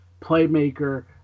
playmaker